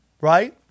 right